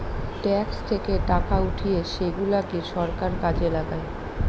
tax থেকে টাকা উঠিয়ে সেগুলাকে সরকার কাজে লাগায়